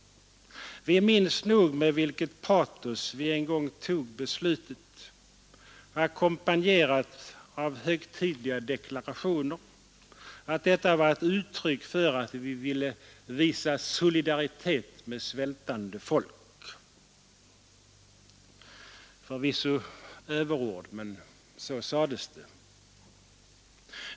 Vi minns nog med vilket patos vi en gång tog Onsdagen den beslutet, ackompanjerat av högtidliga deklarationer att detta var ett 8 november 1972 uttryck för att vi ville ”visa solidaritet med svältande folk” — förvisso - överord, men så sades det.